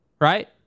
right